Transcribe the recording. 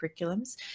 curriculums